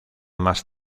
más